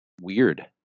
weird